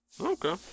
Okay